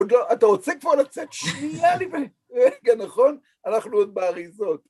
אתה רוצה כבר לצאת שנייה, נכון, אנחנו עוד באריזות.